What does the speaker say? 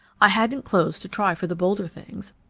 i hadn't clothes to try for the bolder things,